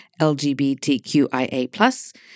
LGBTQIA+